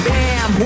Bam